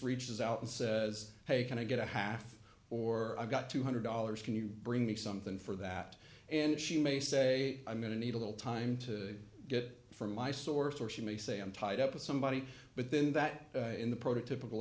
reaches out and says hey can i get a half or i got two hundred dollars can you bring me something for that and she may say i'm going to need a little time to get from my source or she may say i'm tied up with somebody but then that in the prototypical